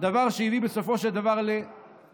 דבר שלכאורה הביא בסופו של דבר למותם.